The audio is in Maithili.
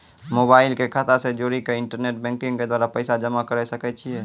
मोबाइल के खाता से जोड़ी के इंटरनेट बैंकिंग के द्वारा पैसा जमा करे सकय छियै?